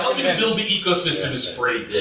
um you know build the ecosystem is free.